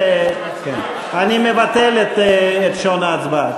שנייה, אני מבטל את שעון ההצבעה.